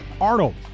Arnold